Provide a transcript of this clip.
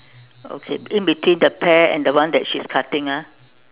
okay in between the pear and the one that she's cutting ah